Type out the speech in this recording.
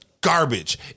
garbage